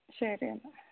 ശരിയെന്നാൽ